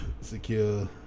secure